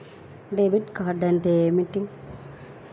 Debit card అంటే ఏమిటి?